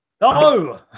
No